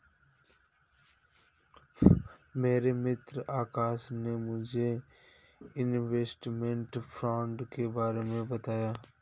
मेरे मित्र आकाश ने मुझे इनवेस्टमेंट फंड के बारे मे बताया